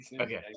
okay